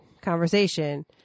conversation